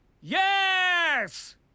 yes